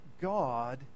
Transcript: God